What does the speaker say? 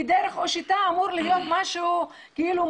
כי דרך או שיטה אמור להיות משהו מובנה,